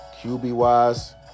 QB-wise